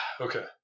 Okay